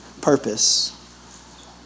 purpose